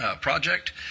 project